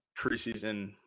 Preseason